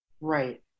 Right